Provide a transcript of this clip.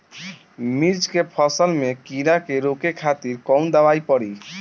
मिर्च के फसल में कीड़ा के रोके खातिर कौन दवाई पड़ी?